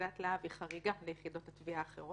יחידת להב היא חריגה ליחידות התביעה האחרות.